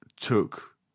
took